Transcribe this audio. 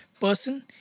person